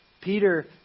Peter